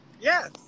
Yes